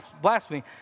blasphemy